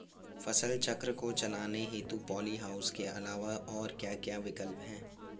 फसल चक्र को चलाने हेतु पॉली हाउस के अलावा और क्या क्या विकल्प हैं?